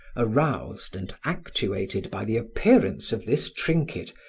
aroused and actuated by the appearance of this trinket,